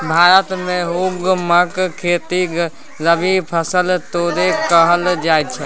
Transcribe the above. भारत मे गहुमक खेती रबी फसैल तौरे करल जाइ छइ